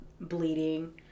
bleeding